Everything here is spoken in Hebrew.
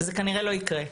זה כנראה לא יקרה.